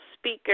speaker